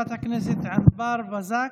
חברת הכנסת ענבר בָּזָק,